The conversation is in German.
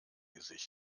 gesicht